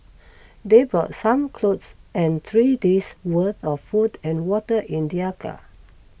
they brought some clothes and three days worth of food and water in their car